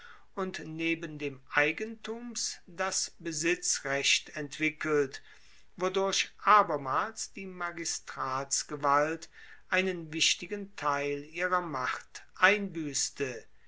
und neben dem eigentums das besitzrecht entwickelt wodurch abermals die magistratsgewalt einen wichtigen teil ihrer macht